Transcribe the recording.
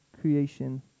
creation